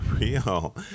real